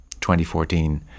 2014